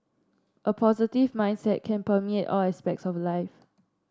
a positive mindset can permeate all aspects of life